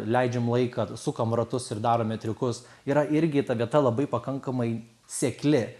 leidžiam laiką sukam ratus ir darome triukus yra irgi ta vieta labai pakankamai sekli